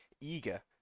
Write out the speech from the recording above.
eager